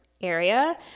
area